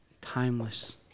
timeless